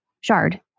shard